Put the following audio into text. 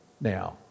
now